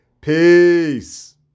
Peace